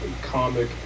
comic